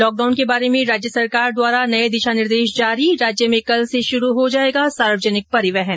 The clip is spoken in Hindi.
लॉकडाउन के बारे में राज्य सरकार द्वारा नये दिशा निर्देश जारी राज्य में कल से शुरू हो जायेगा सार्वजनिक परिवहन